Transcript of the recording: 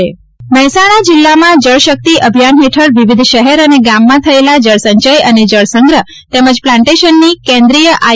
કેન્દ્રિય ટીમે મહેસાજ્ઞા જિલ્લામાં જળશક્તિ અભિયાન હેઠળ વિવિધ શહેર અને ગામમાં થયેલ જળસંચય અને જળસંગ્રહ તેમજ પ્લાન્ટેશનની કેન્દ્રિય આઇ